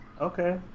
Okay